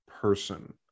person